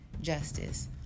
justice